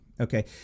Okay